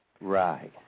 right